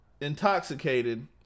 intoxicated